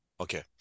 Okay